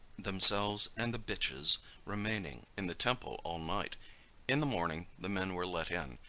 themselves and the bitches remaining in the temple all night in the morning, the men were let in,